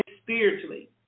Spiritually